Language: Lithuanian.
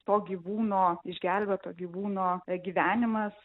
to gyvūno išgelbėto gyvūno gyvenimas